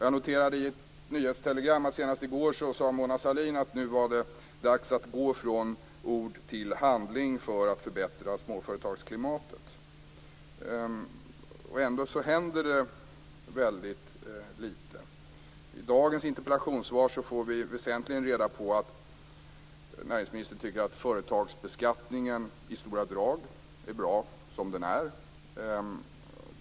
Jag noterade nu senast i ett nyhetstelegram i går att Mona Sahlin sade att det nu var dags att gå från ord till handling för att förbättra småföretagsklimatet. Ändå händer det väldigt lite. I dagens interpellationssvar får vi väsentligen reda på att näringsministern tycker att företagsbeskattningen i stora drag är bra som den är.